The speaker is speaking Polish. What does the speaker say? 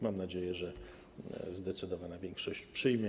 Mam nadzieję, że zdecydowana większość go przyjmie.